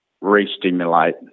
re-stimulate